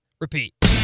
repeat